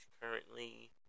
currently